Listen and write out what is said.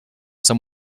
some